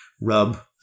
rub